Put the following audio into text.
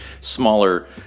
smaller